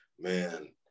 Man